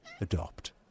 Adopt